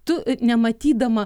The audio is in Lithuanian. tu nematydama